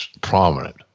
prominent